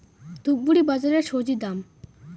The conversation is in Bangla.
ধূপগুড়ি বাজারের স্বজি দাম?